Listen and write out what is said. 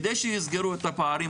כדי שיסגרו את הפערים.